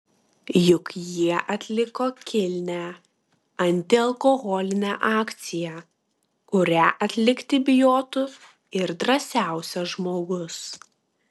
juk jie atliko kilnią antialkoholinę akciją kurią atlikti bijotų ir drąsiausias žmogus